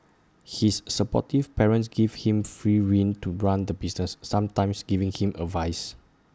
his supportive parents give him free rein to run the business sometimes giving him advice